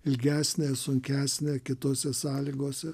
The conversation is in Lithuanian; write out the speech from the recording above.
ilgesnė sunkesnė kitose sąlygose